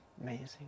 amazing